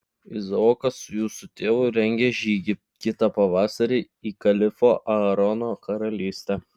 izaokas su jūsų tėvu rengia žygį kitą pavasarį į kalifo aarono karalystę